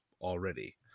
already